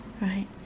right